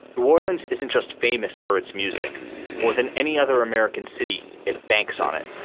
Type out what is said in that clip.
new orleans isn't just famous for its music more than any other american city. it banks on it.